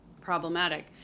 problematic